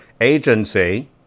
Agency